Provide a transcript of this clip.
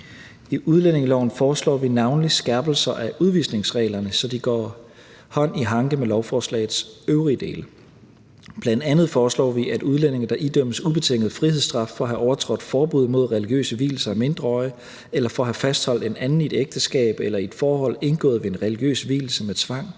I udlændingeloven foreslår vi navnlig skærpelser af udvisningsreglerne, så de går hånd i hånd med lovforslagets øvrige dele. Bl.a. foreslår vi, at udlændinge, der idømmes en ubetinget frihedsstraf for at have overtrådt et forbud mod religiøse vielser af mindreårige eller for at have fastholdt en anden i et ægteskab eller i et forhold indgået ved en religiøs vielse med tvang,